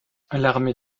l’armée